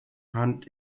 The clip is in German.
hand